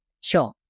Sure